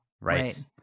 Right